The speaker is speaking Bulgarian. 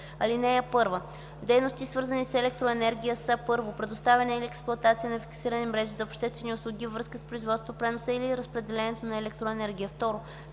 Чл. 125. (1) Дейности, свързани с електроенергия, са: 1. предоставяне или експлоатация нa фиксирани мрежи зa обществени услуги във връзкa с производството, преносa или разпределението нa електроенергия; 2.